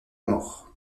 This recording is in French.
mort